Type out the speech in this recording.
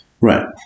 Right